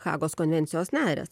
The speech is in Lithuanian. hagos konvencijos narės